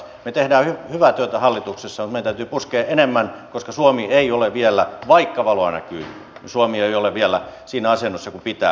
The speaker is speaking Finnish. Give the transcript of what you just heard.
me teemme hyvää työtä hallituksessa mutta meidän täytyy puskea enemmän koska suomi ei ole vielä vaikka valoa näkyy siinä asennossa kuin pitää